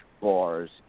bars